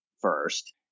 first